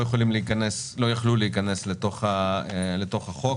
יכלו להיכנס לתוך החוק,